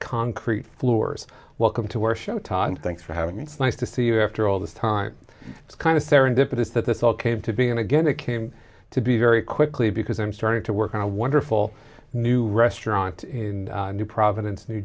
concrete floors welcome to our show todd thanks for having me it's nice to see you after all this time it's kind of serendipity is that this all came to be and again it came to be very quickly because i'm starting to work on a wonderful new restaurant in new providence new